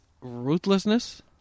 ruthlessness